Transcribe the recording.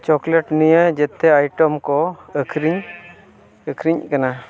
chocolate ᱱᱤᱭᱟᱹ ᱡᱷᱚᱛᱚ item ᱠᱚ ᱟᱹᱠᱷᱨᱤᱧ ᱟᱹᱠᱷᱨᱤᱧᱚᱜ ᱠᱟᱱᱟ